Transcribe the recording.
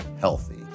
healthy